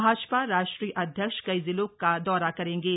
भाजपा राष्ट्रीय अध्यक्ष कई जिलों का दौरा करेंगे